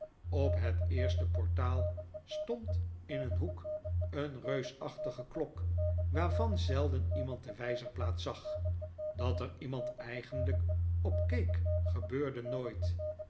op het eerste portaal stond in een hoek een reusachtige klok waarvan zelden iemand de wijzerplaat zag dat er iemand eigenlijk op keek gebeurde nooit